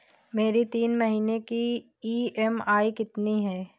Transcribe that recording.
मेरी तीन महीने की ईएमआई कितनी है?